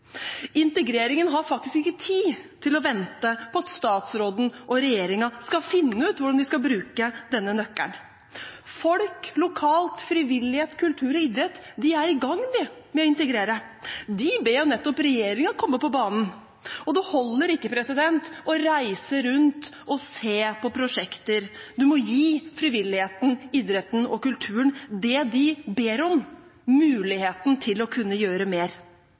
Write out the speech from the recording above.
Integreringen har faktisk ikke tid til å vente på at statsråden og regjeringen skal finne ut hvordan de skal bruke denne nøkkelen. Folk lokalt, frivillighet, kultur og idrett er i gang med å integrere, de. De ber nettopp regjeringen komme på banen. Det holder ikke å reise rundt og se på prosjekter. Man må gi frivilligheten, idretten og kulturen det de ber om: muligheten til å kunne gjøre mer,